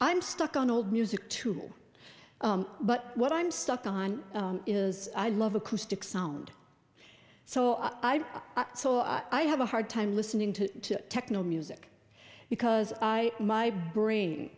i'm stuck on old music too but what i'm stuck on is i love acoustic sound so i do i have a hard time listening to techno music because i my brain